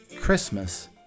Christmas